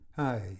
Hi